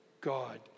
God